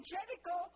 Jericho